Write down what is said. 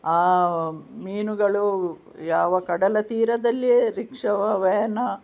ಆ ಮೀನುಗಳು ಯಾವ ಕಡಲ ತೀರದಲ್ಲಿಯೇ ರಿಕ್ಷವೋ ವ್ಯಾನೋ